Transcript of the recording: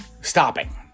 stopping